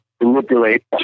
Manipulate